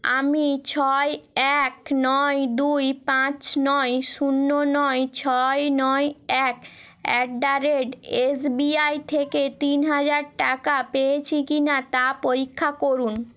আমি ছয় এক নয় দুই পাঁচ নয় শূন্য নয় ছয় নয় এক at the rate S B I থেকে তিন হাজার টাকা পেয়েছি কি না তা পরীক্ষা করুন